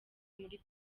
muli